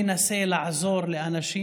ינסה לעזור לאנשים,